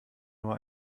nur